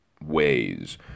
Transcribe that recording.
ways